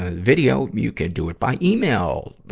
ah video, you could do it by email,